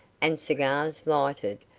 and cigars lighted,